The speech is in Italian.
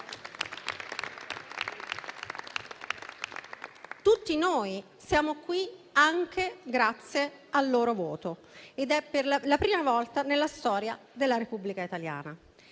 colleghi, siamo qui anche grazie al loro voto ed è la prima volta nella storia della Repubblica italiana.